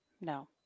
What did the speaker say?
No